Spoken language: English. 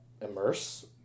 immerse